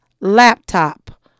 laptop